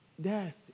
death